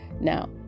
now